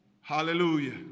Hallelujah